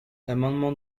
l’amendement